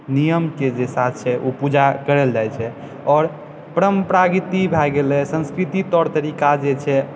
नियमके जे साथ छै ओ पूजा करल जाइ छै आओर परम्परागति भऽ गेलै संस्कृति तौर तरीका जे छै